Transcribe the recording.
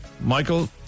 Michael